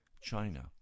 China